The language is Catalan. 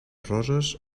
roses